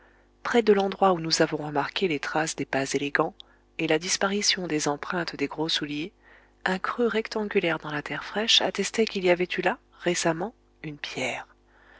près de l'endroit où nous avons remarqué les traces des pas élégants et la disparition des empreintes des gros souliers un creux rectangulaire dans la terre fraîche attestait qu'il y avait eu là récemment une pierre